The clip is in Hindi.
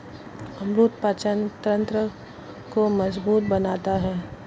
अमरूद पाचन तंत्र को मजबूत बनाता है